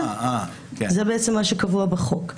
זה מה שקבוע בחוק.